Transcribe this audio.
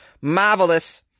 marvelous